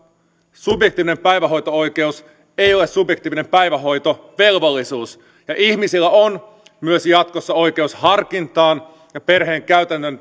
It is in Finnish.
subjektiivinen päivähoito oikeus ei ole subjektiivinen päivähoitovelvollisuus ja ihmisillä on myös jatkossa oikeus harkintaan ja perheen käytännön